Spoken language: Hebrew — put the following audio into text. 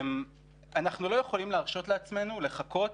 אנחנו לא יכולים להרשות לעצמנו לחכות